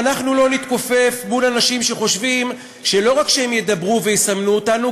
ואנחנו לא נתכופף מול אנשים שחושבים שלא רק שהם ידברו ויסמנו אותנו,